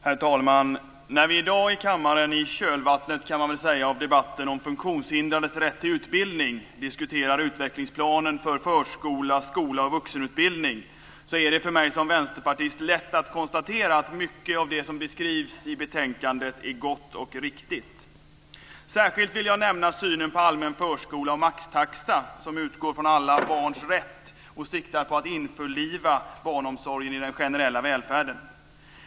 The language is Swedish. Herr talman! När vi i dag i kammaren, i kölvattnet av debatten om de funktionshindrades rätt till utbildning, diskuterar utvecklingsplanen för förskola, skola och vuxenutbildning är det för mig som vänsterpartist lätt att konstatera att mycket av det som beskrivs i betänkandet är gott och riktigt. Jag vill särskilt nämna synen på allmän förskola och maxtaxa som utgår från alla barns rätt och siktar på att införliva barnomsorgen i den generella välfärden.